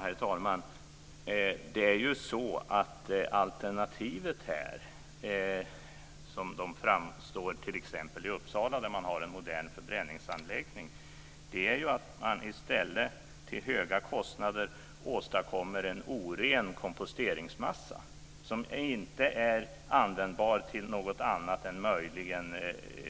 Herr talman! Det är ju så att alternativet som det framstår t.ex. i Uppsala, där man har en modern förbränningsanläggning, är att man i stället till höga kostnader åstadkommer en oren komposteringsmassa som inte är användbar till något annat än möjligen